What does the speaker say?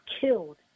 killed